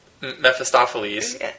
Mephistopheles